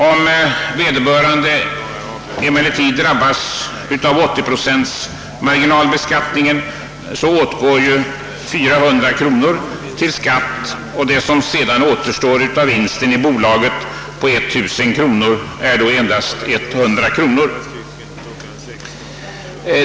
Om vederbörande emellertid drabbas av 80 procent marginalbeskattning, åtgår 400 kronor till skatt, och det som sedan återstår av en bolagsvinst på 1000 kronor blir endast 100 kronor.